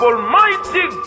Almighty